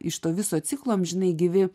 iš to viso ciklo amžinai gyvi